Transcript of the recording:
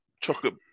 chocolate